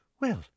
Well